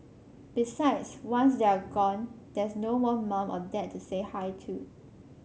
besides once they are gone there's no more mum or dad to say hi to